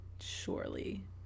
Surely